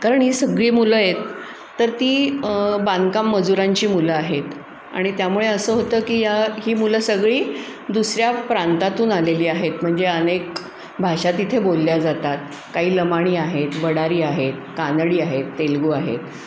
कारण ही सगळी मुलं आहेत तर ती बांधकाम मजुरांची मुलं आहेत आणि त्यामुळे असं होतं की या ही मुलं सगळी दुसऱ्या प्रांतातून आलेली आहेत म्हणजे अनेक भाषा तिथे बोलल्या जातात काही लमाणी आहेत वडारी आहेत कानडी आहेत तेलगू आहेत